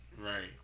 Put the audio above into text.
Right